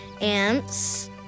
ants